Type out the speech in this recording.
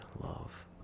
love